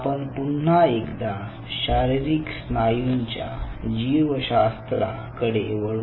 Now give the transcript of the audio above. आपण पुन्हा एकदा शारीरिक स्नायूंच्या जीवशास्त्र कडे वळू